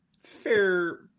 fair